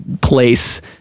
place